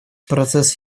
процесс